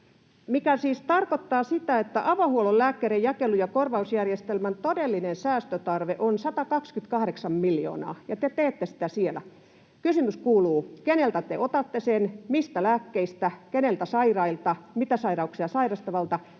mikä siis tarkoittaa sitä, että avohuollon lääkkeiden jakelu ja korvausjärjestelmän todellinen säästötarve on 128 miljoonaa, ja te teette sitä siellä. Kysymys kuuluu: keneltä te otatte sen, mistä lääkkeistä, keneltä sairailta, mitä sairauksia sairastavilta